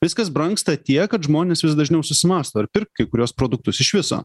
viskas brangsta tiek kad žmonės vis dažniau susimąsto ar pirkt kai kuriuos produktus iš viso